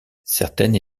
certaines